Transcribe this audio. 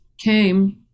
came